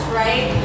right